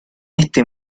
este